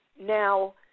Now